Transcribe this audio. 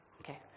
Okay